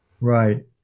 Right